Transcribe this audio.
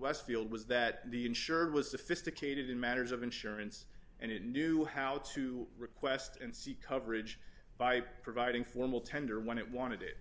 westfield was that the insurer was sophisticated in matters of insurance and it knew how to request and seek coverage by providing formal tender when it wanted it